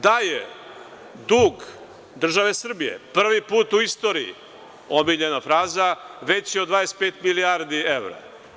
Da je dug države Srbije prvi put u istoriji, omiljena fraza, veći od 25 milijardi evra.